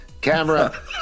camera